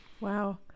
Wow